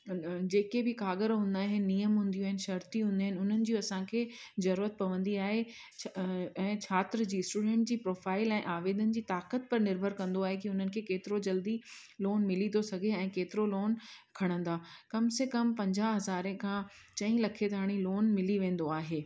जेके बि क़ाग़र हूंदा आहिनि नियम हूंदियूं आहिनि शर्तियूं हूंदियूं आहिनि उन्हनि जूं असांखे ज़रूरत पवंदी आहे ऐं छात्र जी स्टूडेंट जी प्रोफाइल ऐं आवेदन जी ताक़त पर निर्भर कंदो आहे की उन्हनि खे केतिरो जल्दी लोन मिली थो सघे ऐं केतिरो लोन खणंदा कम से कम पंजाहु हज़ारे खां चई लखे ताईं लोन मिली वेंदो आहे